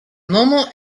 nomo